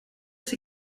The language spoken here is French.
ses